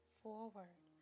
forward